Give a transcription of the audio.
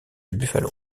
buffalo